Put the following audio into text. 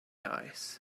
eyes